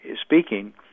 speaking